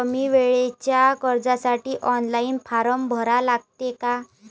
कमी वेळेच्या कर्जासाठी ऑनलाईन फारम भरा लागते का?